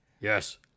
Yes